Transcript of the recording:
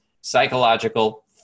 psychological